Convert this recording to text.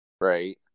right